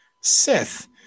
Sith